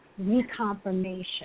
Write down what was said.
reconfirmation